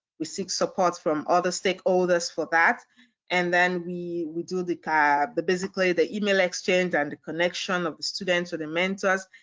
we seek support from other stakeholders for that and then we we do the kind of the basically the email exchange and the connection of the students to the mentors.